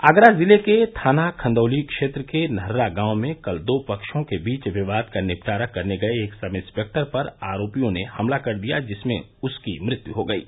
आगरा जिले के थाना खदौंली क्षेत्र के नहर्रा गांव में कल दो पक्षों के बीच विवाद का निपटारा करने गए एक सब इंस्पेक्टर पर आरोपियों ने हमला कर दिया जिसमें उनकी मृत्यु हो गयी